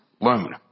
loan